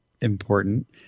important